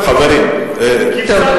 כבשת